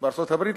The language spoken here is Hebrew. בארצות-הברית,